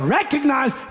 Recognize